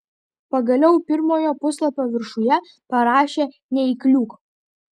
pagaliau pirmojo puslapio viršuje parašė neįkliūk